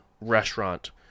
restaurant